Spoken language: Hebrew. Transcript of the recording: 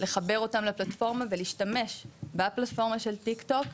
לחבר אותם לפלטפורמה ולהשתמש בפלטפורמה של טיקטוק,